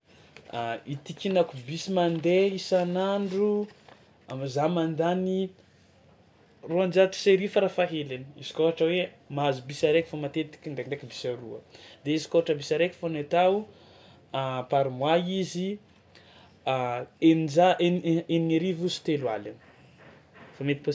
A itikinako bus mandeha isan'andro am- za mandany roanjato sy arivo farafahaheliny izy koa ohatra hoe mahazo bus araiky fao matetiky ndraikindraiky bus aroa de izy koa ohatra bus araiky fao ny atao par mois izy eninja- en- e- eniny arivo sy telo aligny, fa mety pos-.